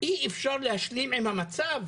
אי אפשר להשלים עם המצב